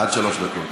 עד שלוש דקות.